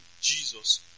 Jesus